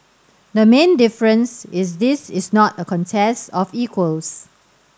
the main difference is this is not a contest of equals